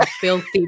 filthy